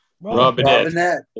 Robinette